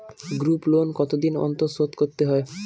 Group loan কতদিন অন্তর শোধকরতে হয়?